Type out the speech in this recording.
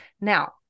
Now